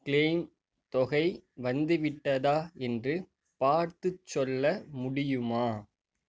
claim தொகை வந்துவிட்டதா என்று பார்த்து சொல்ல முடியுமா